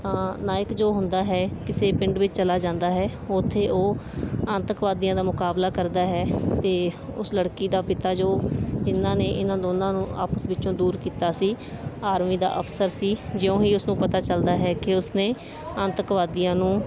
ਤਾਂ ਨਾਇਕ ਜੋ ਹੁੰਦਾ ਹੈ ਕਿਸੇ ਪਿੰਡ ਵਿੱਚ ਚਲਾ ਜਾਂਦਾ ਹੈ ਉੱਥੇ ਉਹ ਆਤੰਕਵਾਦੀਆਂ ਦਾ ਮੁਕਾਬਲਾ ਕਰਦਾ ਹੈ ਅਤੇ ਉਸ ਲੜਕੀ ਦਾ ਪਿਤਾ ਜੋ ਜਿਹਨਾਂ ਨੇ ਇਹਨਾਂ ਦੋਨਾਂ ਨੂੰ ਆਪਸ ਵਿੱਚੋਂ ਦੂਰ ਕੀਤਾ ਸੀ ਆਰਮੀ ਦਾ ਅਫਸਰ ਸੀ ਜਿਉਂ ਹੀ ਉਸ ਨੂੰ ਪਤਾ ਚੱਲਦਾ ਹੈ ਕਿ ਉਸ ਨੇ ਆਤੰਕਵਾਦੀਆਂ ਨੂੰ